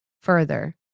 further